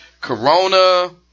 Corona